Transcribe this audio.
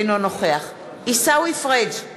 אינו נוכח עיסאווי פריג'